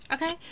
Okay